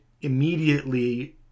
immediately